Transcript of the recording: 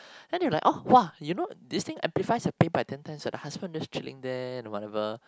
then they like oh [wah] you know this thing amplifies the pain by ten times then the husband just chilling there whatever